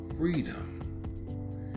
Freedom